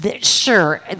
Sure